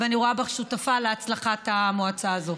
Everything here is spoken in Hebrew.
ואני רואה בך שותפה להצלחת המועצה הזאת.